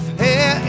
hair